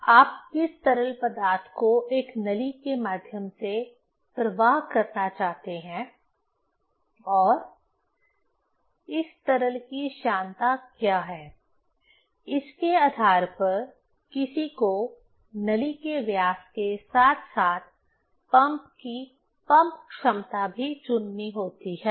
आप किस तरल पदार्थ को एक नली के माध्यम से प्रवाह करना चाहते हैं और इस तरल की श्यानता क्या है इसके आधार पर किसी को नली के व्यास के साथ साथ पंप की पंप क्षमता भी चुननी होती है